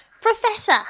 Professor